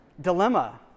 dilemma